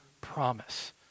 promise